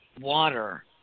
water